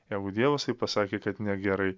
jeigu dievas taip pasakė kad negerai